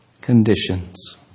conditions